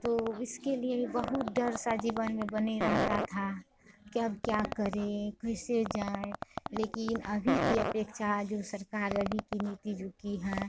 वह उसके लिए बहुत डर सा जीवन में बने रहता था कि अब क्या करें कैसे जाएँ लेकिन अभी की अपेक्षा जो सरकार रही थी नीतीश जी की है